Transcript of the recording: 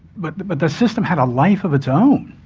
but the but the system had a life of its own,